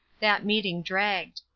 that meeting dragged.